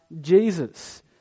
Jesus